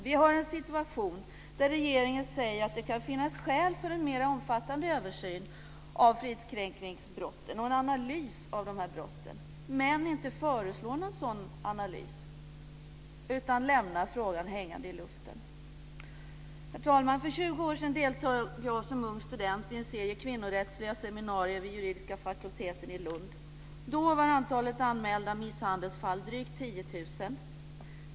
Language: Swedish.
Vi har en situation där regeringen säger att det kan finnas skäl för en mer omfattande översyn av fridskränkningsbrotten och för en analys av de här brotten men inte föreslår någon sådan analys utan lämnar frågan hängande i luften. Herr talman! För 20 år sedan deltog jag som ung student i en serie kvinnorättsliga seminarier vid juridiska fakulteten i Lund. Då var antalet anmälda misshandelsfall drygt 10 000.